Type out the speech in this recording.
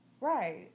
Right